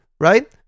right